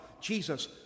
Jesus